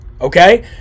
Okay